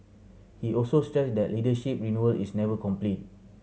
he also stressed that leadership renewal is never complete